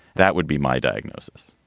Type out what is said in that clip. that would be my diagnosis